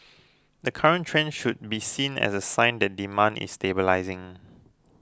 the current trend should be seen as a sign that demand is stabilising